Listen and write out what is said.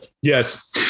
Yes